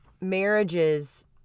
marriages